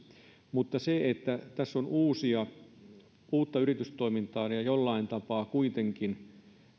mutta tässä on uutta yritystoimintaa ja jollain tapaa kuitenkin